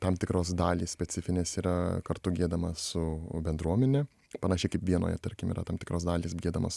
tam tikros dalys specifinės yra kartu giedama su bendruomene panašiai kaip vienoje tarkim yra tam tikros dalys giedamos